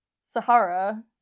Sahara